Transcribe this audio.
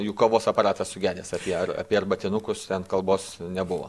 juk kavos aparatas sugedęs apie ar apie arbatinukus kalbos nebuvo